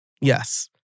Yes